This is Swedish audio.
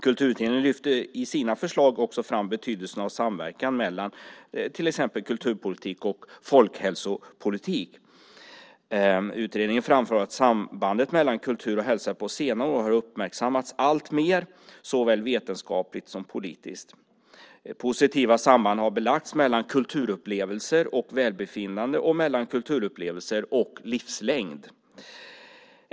Kulturutredningen lyfter i sina förslag fram betydelsen av samverkan mellan till exempel kulturpolitik och folkhälsopolitik. Utredningen framför att sambandet mellan kultur och hälsa på senare år alltmer har uppmärksammats såväl vetenskapligt som politiskt. Positiva samband har belagts mellan kulturupplevelse och välbefinnande och mellan kulturupplevelse och livslängd.